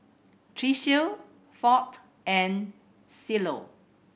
Tricia Fount and Cielo